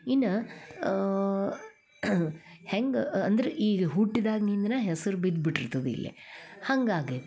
ಇನ್ನು ಹೆಂಗೆ ಅಂದ್ರೆ ಈಗ ಹುಟ್ಟಿದಾಗ್ನಿಂದ್ಲ ಹೆಸ್ರು ಬಿದ್ದು ಬಿಟ್ಟಿರ್ತದೆ ಇಲ್ಲಿ ಹಾಗಾಗಿ